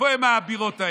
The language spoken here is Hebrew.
איפה הן האבירות האלה?